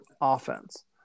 offense